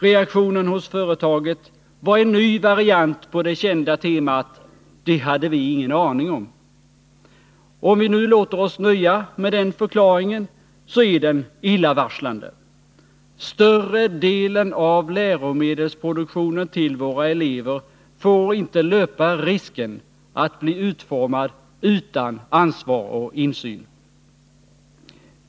Reaktionen hos företaget var en ny variant på det kända temat: ”Det hade vi ingen aning om.” Om vi nu låter oss nöja med den förklaringen, så är den illavarslande. Större delen av läromedelsproduktionen till våra elever får inte löpa risken att bli utformad utan ansvar och insyn.